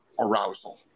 arousal